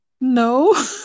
no